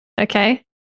Okay